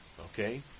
Okay